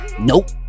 nope